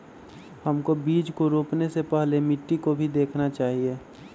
हमको बीज को रोपने से पहले मिट्टी को भी देखना चाहिए?